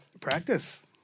Practice